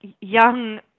young